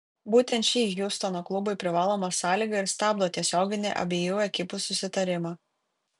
būtent ši hjustono klubui privaloma sąlyga ir stabdo tiesioginį abiejų ekipų susitarimą